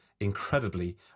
incredibly